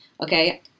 Okay